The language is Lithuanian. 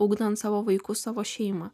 ugdant savo vaikus savo šeimą